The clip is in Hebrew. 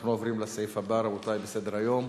אנחנו עוברים לסעיף הבא, רבותי, בסדר-היום,